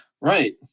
Right